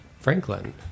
Franklin